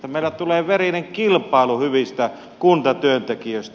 meille tulee verinen kilpailu hyvistä kuntatyöntekijöistä